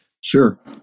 Sure